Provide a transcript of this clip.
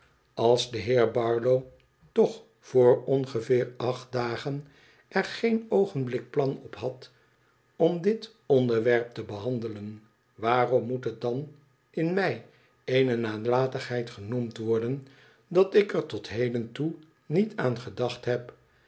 als de heer barlow toch voor ongeveer acht dagen er geen oogenblik plan op had om dit onderwerp te behandelen waarom moet het dan in mij eene nalatigheid genoemd worden dat ik er tot heden toe niet aan gedacht heb